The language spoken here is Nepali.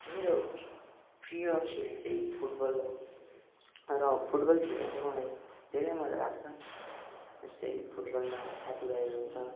मेरो प्रिय खेल चाहिँ फुटबल हो र फुटबल खेल्नु चाहिँ मलाई धेरै मजा लाग्छ जस्तै फुटबलमा साथी भाइहरू हुन्छ